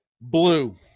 Blue